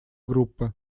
группы